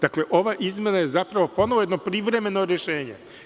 Dakle, ova izmena je zapravo ponovo jedno privremeno rešenje.